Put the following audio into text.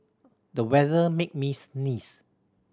the weather made me sneeze